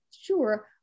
Sure